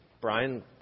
Brian